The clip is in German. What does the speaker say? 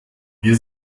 wir